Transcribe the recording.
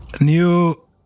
new